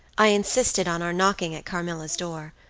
i insisted on our knocking at carmilla's door.